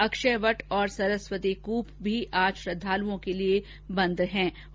अक्षयवट और सरस्वती कूप भी आज श्रद्दालुओं के लिए बंद रहेंगे